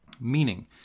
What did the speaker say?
meaning